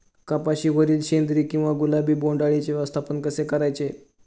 कपाशिवरील शेंदरी किंवा गुलाबी बोंडअळीचे व्यवस्थापन कसे करायचे?